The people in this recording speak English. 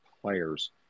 players